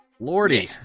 Lordy